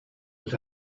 was